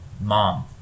Mom